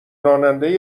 راننده